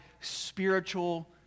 spiritual